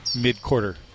mid-quarter